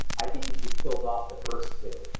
i think but she killed off the first two.